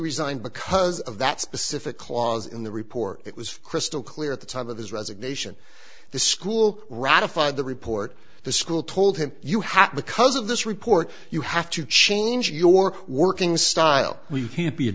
resigned because of that specific clause in the report it was crystal clear at the time of his resignation the school ratified the report the school told him you have because of this report you have to change your working style we can't be a